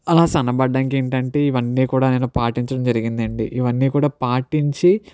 అలా సన్నబడ్డానికి ఏంటంటే ఇవన్నీ కూడా నేను పాటించడం జరిగిందండి ఇవన్నీ కూడా పాటించి